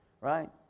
right